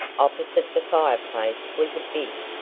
opposite the fireplace was a big,